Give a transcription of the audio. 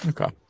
Okay